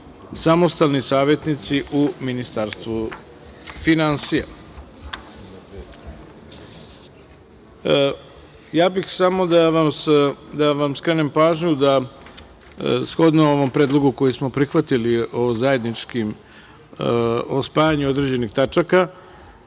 samostalni savetnici u Ministarstvu finansija. Samo bih da vam skrenem pažnju da će, shodno ovom predlogu koji smo prihvatili o spajanju određenih tačka,